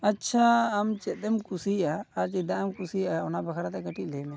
ᱟᱪᱷᱟ ᱟᱢ ᱪᱮᱫ ᱮᱢ ᱠᱩᱥᱤᱭᱟᱜᱼᱟ ᱟᱨ ᱪᱮᱫᱟᱜ ᱮᱢ ᱠᱩᱥᱤᱭᱟᱜᱼᱟ ᱚᱱᱟ ᱵᱟᱠᱷᱨᱟ ᱛᱮ ᱠᱟᱹᱴᱤᱡ ᱞᱟᱹᱭ ᱢᱮ